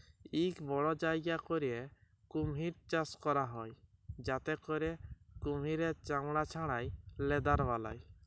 ইক বড় জায়গা ক্যইরে কুমহির চাষ ক্যরা হ্যয় যাতে ক্যইরে কুমহিরের চামড়া ছাড়াঁয় লেদার বালায়